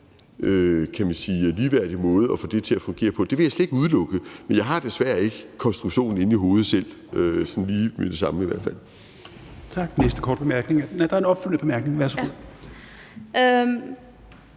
kan man sige, ligeværdig måde at få det til at fungere på? Det vil jeg slet ikke udelukke. Men jeg har desværre ikke konstruktionen inde i hovedet selv, sådan lige med det samme i hvert fald. Kl. 12:59 Fjerde næstformand (Rasmus Helveg Petersen): Tak. Der er en opfølgende bemærkning. Værsgo.